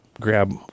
grab